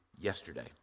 Yesterday